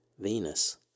Venus